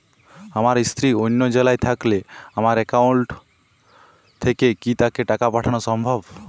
আমার স্ত্রী অন্য জেলায় থাকলে আমার অ্যাকাউন্ট থেকে কি তাকে টাকা পাঠানো সম্ভব?